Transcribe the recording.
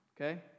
Okay